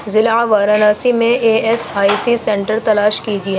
ضلع وارانسی میں A S I C centre تلاش کیجیے